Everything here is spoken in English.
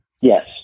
Yes